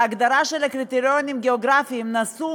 וההגדרה של קריטריונים גיאוגרפיים נעשתה